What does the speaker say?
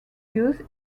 use